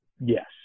yes